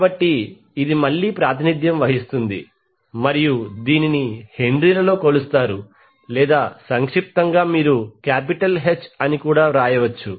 కాబట్టి ఇది మళ్ళీ ప్రాతినిధ్యం వహిస్తుంది దీనిని హెన్రీలో కొలుస్తారు లేదా సంక్షిప్తంగా మీరు క్యాపిటల్ H గా వ్రాయవచ్చు